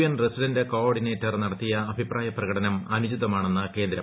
N resident coordinator നടത്തിയ അഭിപ്രായ പ്രകടനം അനുചിതമാണെ ന്ന് കേന്ദ്രം